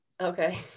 Okay